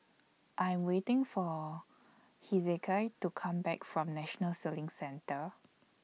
I'm waiting For Hezekiah to Come Back from National Sailing Centre